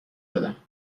بدم